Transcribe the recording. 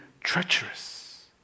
treacherous